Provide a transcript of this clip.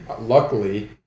luckily